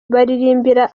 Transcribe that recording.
baririmbira